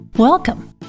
Welcome